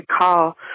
call